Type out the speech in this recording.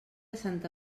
santa